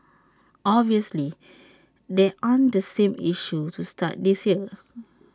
obviously there aren't the same issues to start this year